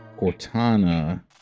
Cortana